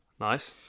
Nice